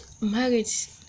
Marriage